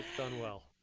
done well.